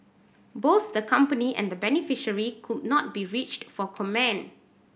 both the company and the beneficiary could not be reached for comment